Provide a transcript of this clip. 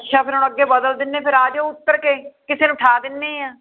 ਅੱਛਾ ਫਿਰ ਹੁਣ ਅੱਗੇ ਬਦਲ ਦਿੰਦੇ ਫਿਰ ਆ ਜਾਓ ਉਤਰ ਕੇ ਕਿਸੇ ਨੂੰ ਉੱਠਾ ਦਿੰਦੇ ਹਾਂ